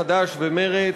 חד"ש ומרצ,